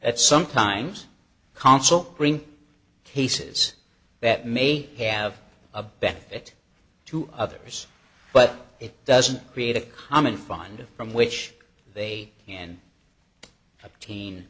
that sometimes consul bring cases that may have a benefit to others but it doesn't create a common fund from which they can obtain